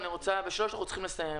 ובשעה 3 אנחנו צריכים לסיים.